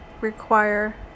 require